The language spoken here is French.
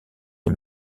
les